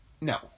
no